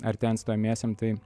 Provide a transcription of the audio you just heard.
artėjant stojamiesiem tai